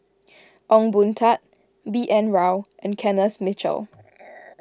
Ong Boon Tat B N Rao and Kenneth Mitchell